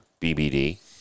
bbd